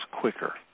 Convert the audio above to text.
quicker